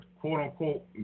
quote-unquote